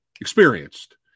Experienced